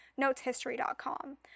noteshistory.com